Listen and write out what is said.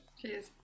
Cheers